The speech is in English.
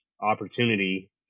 opportunity